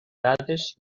dades